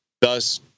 thus